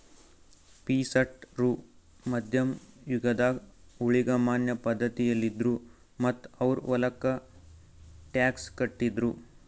peasant ರು ಮಧ್ಯಮ್ ಯುಗದಾಗ್ ಊಳಿಗಮಾನ್ಯ ಪಧ್ಧತಿಯಲ್ಲಿದ್ರು ಮತ್ತ್ ಅವ್ರ್ ಹೊಲಕ್ಕ ಟ್ಯಾಕ್ಸ್ ಕಟ್ಟಿದ್ರು